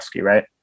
right